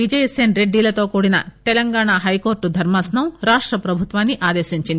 విజయసేన్ రెడ్డిలతో కూడిన తెలంగాణ హైకోర్టు దర్మాసనం రాష్ట ప్రభుత్వాన్ని ఆదేశించింది